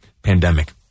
pandemic